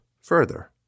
further